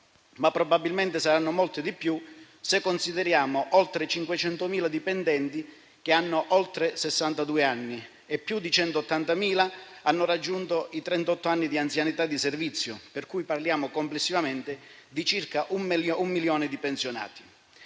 ma probabilmente saranno molte di più, se consideriamo oltre 500.000 dipendenti che hanno oltre sessantadue anni e più di 180.000 di loro hanno raggiunto i trentott'anni di anzianità di servizio, per cui parliamo complessivamente di circa un milione di pensionati.